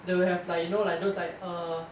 they will have like you know like those like err